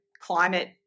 climate